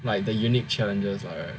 like the unique challenges are